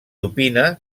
opina